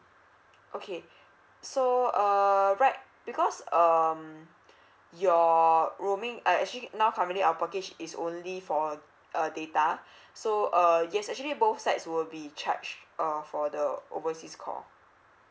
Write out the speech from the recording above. okay so uh right because um your roaming uh actually now currently our package is only for a data so uh yes actually both sides will be charge uh for the overseas call